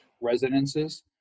residences